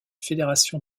fédération